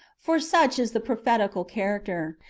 for such is the pro phetical character.